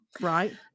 Right